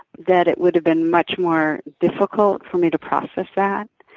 that it would have been much more difficult for me to process that